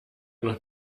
noch